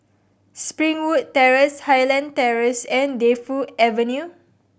Springwood Terrace Highland Terrace and Defu Avenue